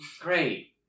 Great